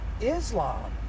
Islam